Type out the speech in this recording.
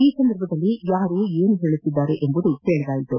ಈ ಸಂದರ್ಭದಲ್ಲಿ ಯಾರು ಏನು ಹೇಳುತ್ತಿದ್ದಾರೆ ಎಂಬುದು ಕೇಳದಾಯಿತು